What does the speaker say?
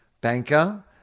banker